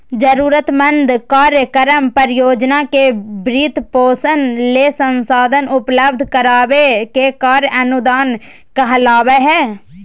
जरूरतमंद कार्यक्रम, परियोजना के वित्तपोषण ले संसाधन उपलब्ध कराबे के कार्य अनुदान कहलावय हय